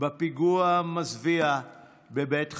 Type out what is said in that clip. בפיגוע המזוויע בבית חב"ד.